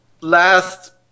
last